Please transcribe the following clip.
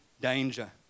danger